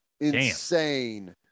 Insane